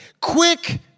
quick